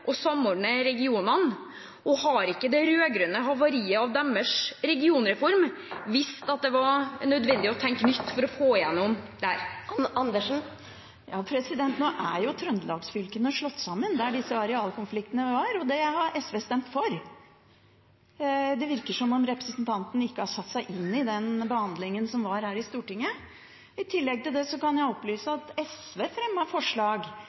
å samordne regionene. Har ikke det rød-grønne havariet av deres regionreform vist at det var nødvendig å tenke nytt for å få gjennom dette? Nå er jo Trøndelags-fylkene, der disse arealkonfliktene var, slått sammen, og det stemte SV for. Det virker som om representanten ikke har satt seg inn i den behandlingen som var her i Stortinget. I tillegg kan jeg opplyse om at SV fremmet forslag